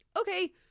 okay